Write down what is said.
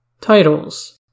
Titles